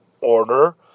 order